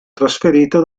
trasferito